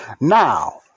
now